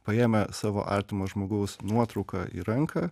paėmę savo artimo žmogaus nuotrauką į ranką